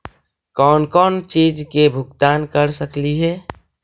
कौन कौन चिज के भुगतान कर सकली हे?